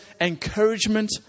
encouragement